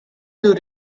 you